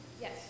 Yes